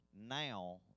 now